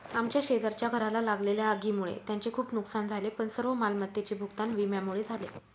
आमच्या शेजारच्या घराला लागलेल्या आगीमुळे त्यांचे खूप नुकसान झाले पण सर्व मालमत्तेचे भूगतान विम्यामुळे झाले